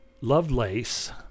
Lovelace